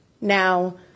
Now